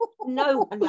No